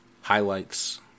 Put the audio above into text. highlights